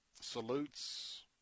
salutes